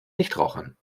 nichtrauchern